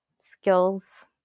skills